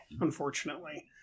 unfortunately